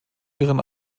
ihren